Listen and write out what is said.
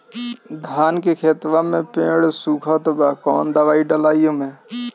धान के खेतवा मे पेड़ सुखत बा कवन दवाई डाली ओमे?